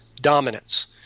dominance